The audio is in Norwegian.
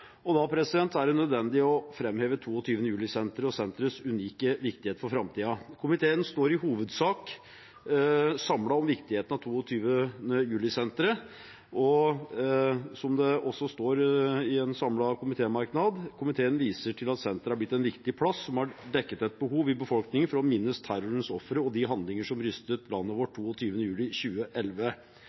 Da er det nødvendig å framheve 22. juli-senteret og senterets unike viktighet for framtiden. Komiteen står i hovedsak samlet om viktigheten av 22. juli-senteret, og som det også står i en samlet komitémerknad: «Komiteen viser videre til at senteret er blitt en viktig plass som har dekket et behov i befolkningen for å minnes terrorens ofre og de handlinger som rystet landet vårt 22. juli 2011.